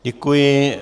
Děkuji.